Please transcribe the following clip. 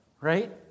right